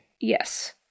Yes